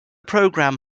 program